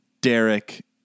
Derek